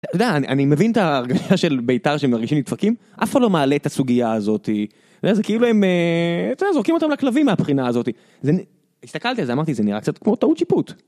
אני מבין את ההרגשה של ביתר שהם מרגישים נדפקים, אף אחד לא מעלה את הסוגיה הזאתי. זה כאילו הם זורקים אותם לכלבים מהבחינה הזאתי. הסתכלתי על זה ואמרתי, זה נראה קצת כמו טעות שיפוט.